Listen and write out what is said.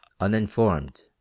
uninformed